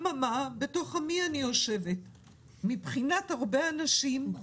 אבל בתוך עמי אני יושבת ויש הרבה אנשים,